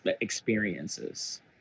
experiences